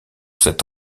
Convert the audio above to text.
cette